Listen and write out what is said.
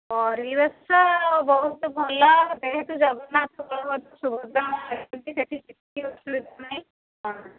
ପରିବେଶ ବହୁତ ଭଲ ଯେହେତୁ ଜଗନ୍ନାଥ ବଳଭଦ୍ର ସୁଭଦ୍ରା ଅଛନ୍ତି ସେଇଠି କିଛି ଅସୁବିଧା ନାହିଁ